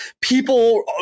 people